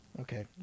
Okay